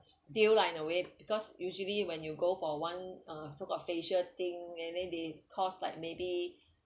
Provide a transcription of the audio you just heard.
still lah in a way because usually when you go for one uh so called facial thing and then they cost like maybe